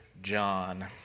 John